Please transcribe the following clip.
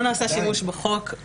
בוקר טוב מכובדי.